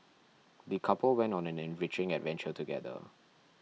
the couple went on an enriching adventure together